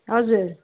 हजुर